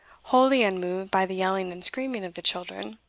wholly unmoved by the yelling and screaming of the children,